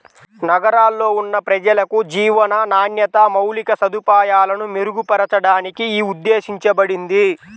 నగరాల్లో ఉన్న ప్రజలకు జీవన నాణ్యత, మౌలిక సదుపాయాలను మెరుగుపరచడానికి యీ ఉద్దేశించబడింది